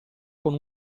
con